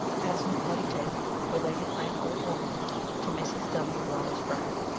a passamaquoddy tale related by an old woman to mrs. w. wallace brown.